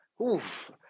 Oof